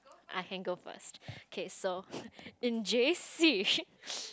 I can go first okay so in j_c